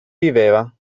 viveva